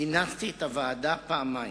כינסתי את הוועדה פעמיים.